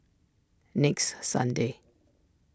next Sunday